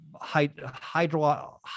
hydro